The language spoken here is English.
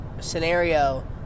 scenario